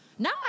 No